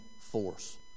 force